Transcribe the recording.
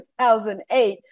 2008